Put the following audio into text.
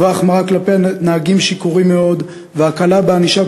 החמרה כלפי נהגים שיכורים מאוד והקלה בענישה